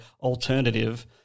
alternative